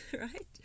right